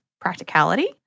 practicality